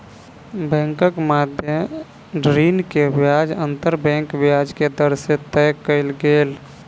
बैंकक मध्य ऋण के ब्याज अंतर बैंक ब्याज के दर से तय कयल गेल